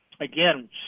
again